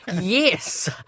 yes